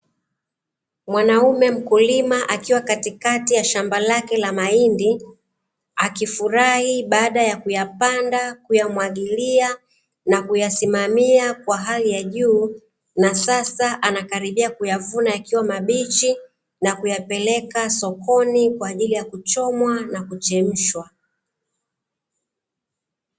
Mwanaume mkulima akiwa katikati ya shamba lake la mahindi akifurahi baada ya kuyapanda, kuyamwagilia na kuyasimamia kwa hali ya juu; na sasa anakaribia kuyavuna yakiwa mabichi na kuyapeleka sokoni kwa ajili ya kuchomwa na kuchemshwa.